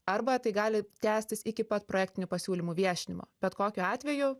arba tai gali tęstis iki pat projektinių pasiūlymų viešinimo bet kokiu atveju